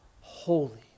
holy